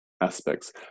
aspects